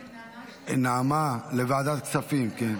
נעמה, לוועדת כספים, כן?